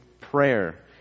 Prayer